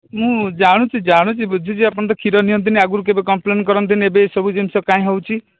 ମୁଁ ଜାଣୁଛି ଜାଣୁଛି ବୁଝୁଛି ଆପଣ ତ କ୍ଷୀର ନିଅନ୍ତିନି ଆଗରୁ କେବେ କମ୍ପ୍ଲେନ୍ କରନ୍ତିନି ଏବେ ଏସବୁ ଜିନିଷ କାଇଁ ହେଉଛି